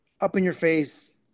up-in-your-face